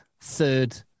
third